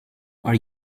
are